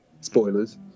Spoilers